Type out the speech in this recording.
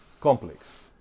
complex